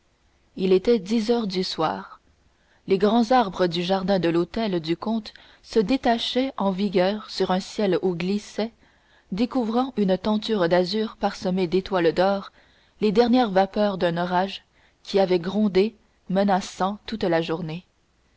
il était dix heures du soir les grands arbres du jardin de l'hôtel du comte se détachaient en vigueur sur un ciel où glissaient découvrant une tenture d'azur parsemée d'étoiles d'or les dernières vapeurs d'un orage qui avait grondé menaçant toute la journée